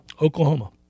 Oklahoma